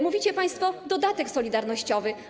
Mówicie państwo: dodatek solidarnościowy.